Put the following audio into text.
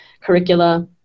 curricula